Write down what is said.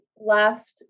left